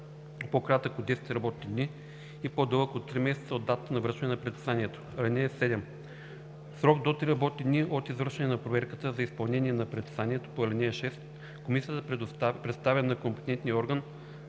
по кратък от 10 работни дни и по-дълъг от три месеца от датата на връчване на предписанието. (7) В срок до три работни дни от извършване на проверка за изпълнение на предписанието по ал. 6 комисията представя на компетентния орган